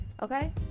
Okay